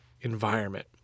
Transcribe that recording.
environment